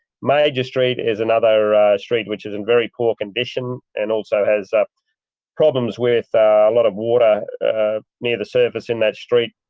major street is another street which is in very poor condition and also has problems with a lot of water near the surface in that street.